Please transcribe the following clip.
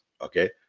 okay